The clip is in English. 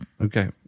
Okay